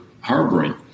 harboring